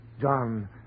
John